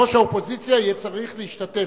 ראש האופוזיציה יהיה צריך להשתתף,